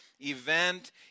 Event